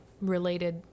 related